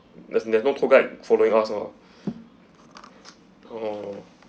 there's there's no tour guide following us lah oh